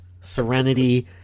Serenity